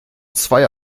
zweier